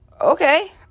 Okay